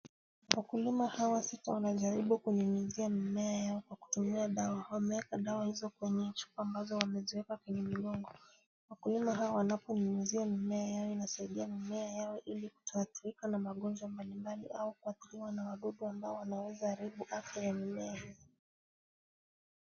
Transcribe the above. Wakulima hawa sita wanajaribu kunyunyizia mimea yao kwa kutumia dawa. Wameweka dawa hizo kwenye chupa ambazo wameziweka kwenye migongo. Wakulima hawa wanaponyunyizia mimea yao inasaidia mimea yao ili kutoathirika na magonjwa mbalimbali au kuathiriwa na wadudu ambao wanaweza haribu afya ya mimea hizi.